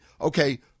okay